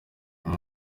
ibyo